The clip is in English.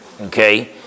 Okay